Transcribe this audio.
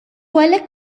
għalhekk